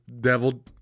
devil